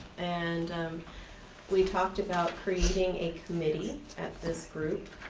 and we talked about creating a committee at this group.